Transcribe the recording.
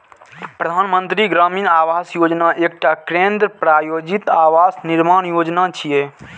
प्रधानमंत्री ग्रामीण आवास योजना एकटा केंद्र प्रायोजित आवास निर्माण योजना छियै